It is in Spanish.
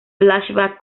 flashback